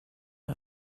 and